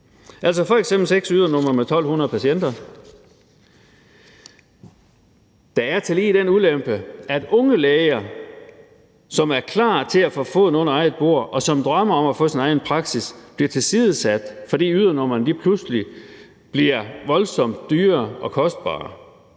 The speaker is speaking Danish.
f.eks. 6 ydernumre med 1.200 patienter. Der er tillige den ulempe, at unge læger, som er klar til at få foden under eget bord, og som drømmer om at få sin egen praksis, bliver tilsidesat, fordi ydernumrene pludselig bliver voldsomt dyre og kostbare.